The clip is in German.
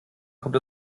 kommt